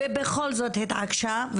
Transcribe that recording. ובכל זאת התעקשה.